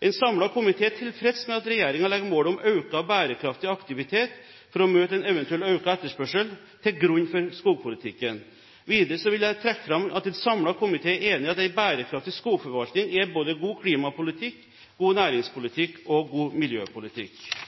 En samlet komité er tilfreds med at regjeringen legger målet om økt bærekraftig aktivitet for å møte en eventuell økt etterspørsel til grunn for skogpolitikken. Videre vil jeg trekke fram at en samlet komité er enig i at en bærekraftig skogforvaltning er både god klimapolitikk, god næringspolitikk og god miljøpolitikk.